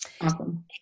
awesome